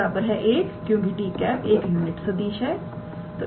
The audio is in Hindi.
1 क्योंकि 𝑡̂ एक यूनिट सदिश है